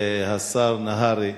והשר נהרי.